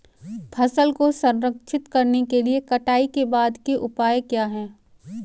फसल को संरक्षित करने के लिए कटाई के बाद के उपाय क्या हैं?